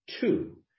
two